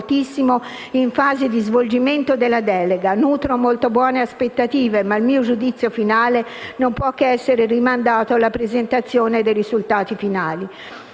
in fase di svolgimento della delega. Nutro molte buone aspettative, ma il mio giudizio finale non può che essere rimandato alla presentazione dei risultati finali.